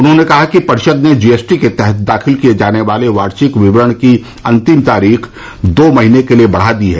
उन्होंने कहा कि परिषद् ने जी एस टी के तहत दाखिल किए जाने वाले वार्षिक विवरण की अंतिम तारीख दो महीने के लिए बढ़ा दी है